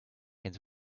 its